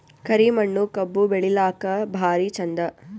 ಕರಿ ಮಣ್ಣು ಕಬ್ಬು ಬೆಳಿಲ್ಲಾಕ ಭಾರಿ ಚಂದ?